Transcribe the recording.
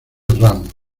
ramos